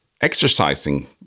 exercising